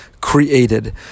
created